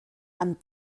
amb